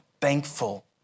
thankful